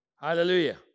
Hallelujah